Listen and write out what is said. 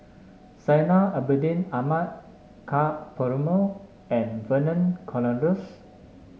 Zainal Abidin Ahmad Ka Perumal and Vernon Cornelius